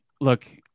Look